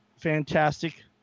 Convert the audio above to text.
fantastic